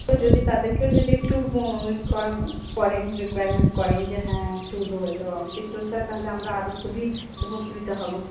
তো যদি তাদেরকেও যদি একটু রিকোয়ার করেন রিকোয়ারমেন্ট করেন যে হ্যাঁ একটু দেওয়া উচিত তো স্যার তাহলে আমরা আরও খুবই উপকৃত হব